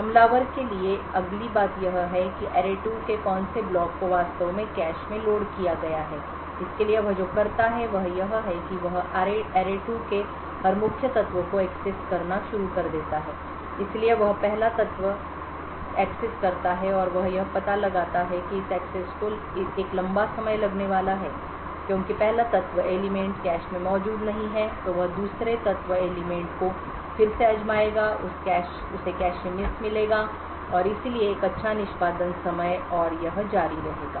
हमलावर के लिए अगली बात यह है कि सरणी 2 के कौन से ब्लॉक को वास्तव में कैश में लोड किया गया है इसके लिए वह जो करता है वह यह है कि वह array2 के हर मुख्य तत्व को एक्सेस करना शुरू कर देता है इसलिए वह पहला तत्व के access करता है और वह यह पता लगाता है कि इस access को एक लंबा समय लगने वाला है क्योंकि पहला तत्व कैश में मौजूद नहीं है तो वह दूसरे तत्व को फिर से आज़माएगा उसे कैश मिस मिलेगा और इसलिए एक अच्छा निष्पादन समय और यह जारी रहेगा